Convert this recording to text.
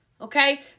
Okay